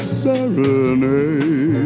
serenade